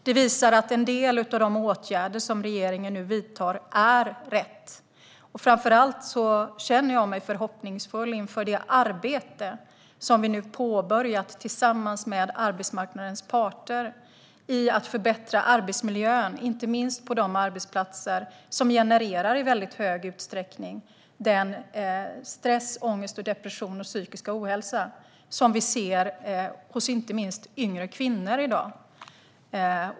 Det visar att en del av de åtgärder som regeringen nu vidtar är rätt. Jag känner mig framför allt förhoppningsfull inför det arbete som vi nu har påbörjat tillsammans med arbetsmarknadens parter. Det gäller förbättringar av arbetsmiljön, inte minst på de arbetsplatser som i hög utsträckning genererar den stress, ångest, depression och psykiska ohälsa som vi ser hos särskilt yngre kvinnor i dag.